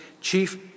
chief